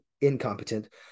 incompetent